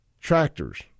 tractors